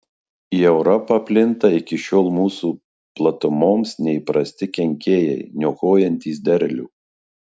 į europą plinta iki šiol mūsų platumoms neįprasti kenkėjai niokojantys derlių